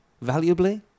valuably